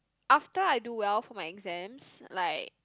after I do well for my exams like